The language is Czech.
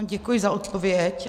Děkuji za odpověď.